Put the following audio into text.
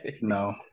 no